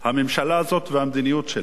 הממשלה הזאת והמדיניות שלה,